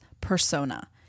persona